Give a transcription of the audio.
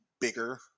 bigger